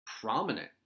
prominent